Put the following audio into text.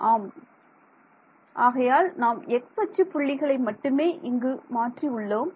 ஆம் மாணவர் ஆகையால் நாம் x அச்சு புள்ளிகளை மட்டுமே இங்கு மாற்றி உள்ளோம்